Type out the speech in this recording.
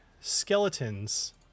skeletons